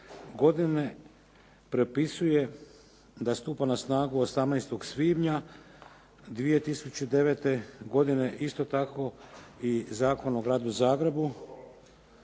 godine prepisuje da stupa na snagu 18. svibnja 2009. godine. Isto tako i Zakon o Gradu Zagrebu